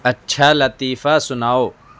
اچھا لطیفہ سناؤ